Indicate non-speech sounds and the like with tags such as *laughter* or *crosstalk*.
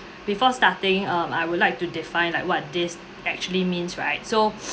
before starting(um) I would like to define like what this actually means right so *noise*